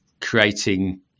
creating